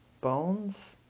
bones